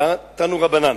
תנו רבנן,